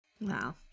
Wow